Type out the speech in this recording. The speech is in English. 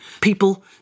People